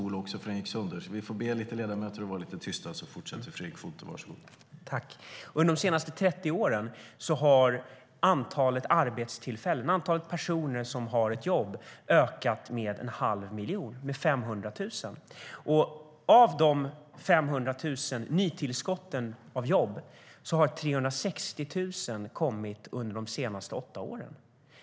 Det är faktiskt precis tvärtom. Under de senaste 30 åren har antalet personer som har ett jobb ökat med en halv miljon, med 500 000. Av de 500 000 i nytillskott av jobb har 360 000 kommit under de senaste åtta åren.